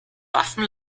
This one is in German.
waffen